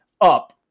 up